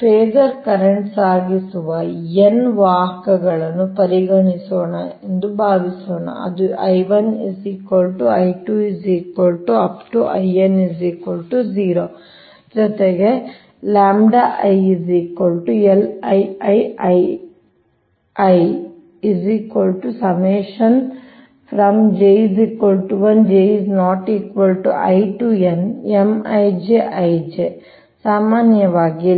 phasor current ಸಾಗಿಸುವ n ವಾಹಕಗಳನ್ನು ಪರಿಗಣಿಸೋಣ ಎಂದು ಭಾವಿಸೋಣ ಅದು ಜೊತೆಗೆ ಸಾಮಾನ್ಯವಾಗಿ